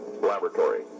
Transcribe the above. Laboratory